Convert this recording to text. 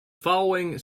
following